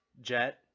jet